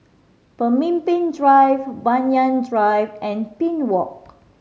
Pemimpin Drive Banyan Drive and Pine Walk